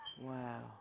Wow